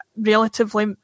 relatively